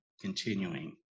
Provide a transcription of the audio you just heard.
continuing